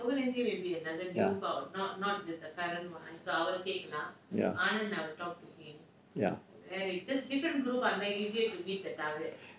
ya ya